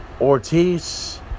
Ortiz